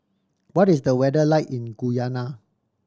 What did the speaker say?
what is the weather like in Guyana